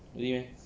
really meh